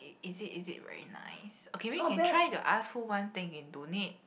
is it is it very nice okay maybe can try to ask who want thing and donate